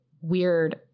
weird